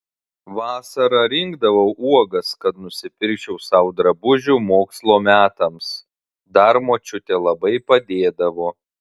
vasara rinkdavau uogas kad nusipirkčiau sau drabužių mokslo metams dar močiutė labai padėdavo